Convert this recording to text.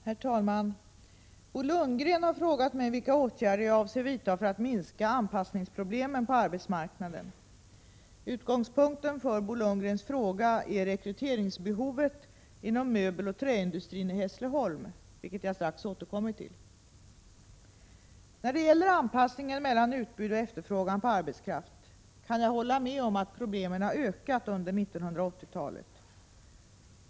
Herr talman! Bo Lundgren har frågat mig vilka åtgärder jag avser vidta för att minska anpassningsproblemen på arbetsmarknaden. Utgångspunkten för Bo Lundgrens fråga är rekryteringsbehovet inom möbeloch träindustrin i Hässleholm, vilket jag strax återkommer till. När det gäller anpassningen mellan utbud och efterfrågan på arbetskraft kan jag hålla med om att problemen har ökat under 1980-talet.